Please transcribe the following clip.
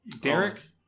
Derek